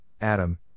Adam